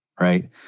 right